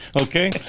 Okay